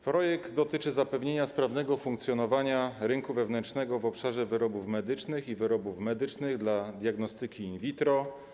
Projekt dotyczy zapewnienia sprawnego funkcjonowania rynku wewnętrznego w obszarze wyrobów medycznych i wyrobów medycznych dla diagnostyki in vitro.